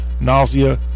nausea